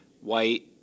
white